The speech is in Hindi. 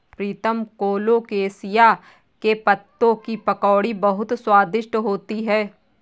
प्रीतम कोलोकेशिया के पत्तों की पकौड़ी बहुत स्वादिष्ट होती है